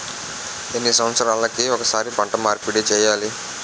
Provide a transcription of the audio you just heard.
ఎన్ని సంవత్సరాలకి ఒక్కసారి పంట మార్పిడి చేయాలి?